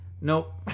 Nope